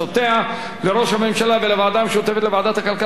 הממשלה ולוועדה המשותפת לוועדת הכלכלה ולוועדת החינוך,